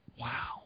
Wow